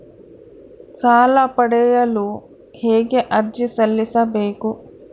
ಸಾಲ ಪಡೆಯಲು ಹೇಗೆ ಅರ್ಜಿ ಸಲ್ಲಿಸಬೇಕು?